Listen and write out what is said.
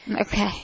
Okay